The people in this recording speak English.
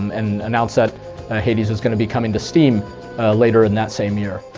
and announced that hades was going to be coming to steam later in that same year.